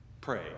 pray